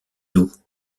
doux